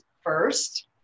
first